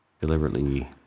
deliberately